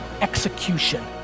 execution